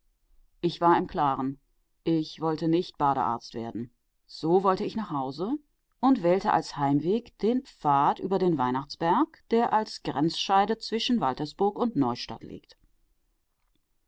ich war im klaren ich wollte nicht badearzt werden so wollte ich nach hause und wählte als heimweg den pfad über den weihnachtsberg der als grenzscheide zwischen waltersburg und neustadt liegt